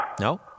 No